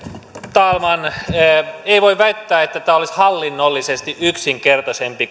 talman ei voi väittää että tämä olisi hallinnollisesti yksinkertaisempi